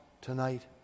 tonight